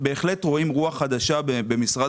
אנחנו בהחלט רואים רוח חדשה במשרד